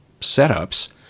setups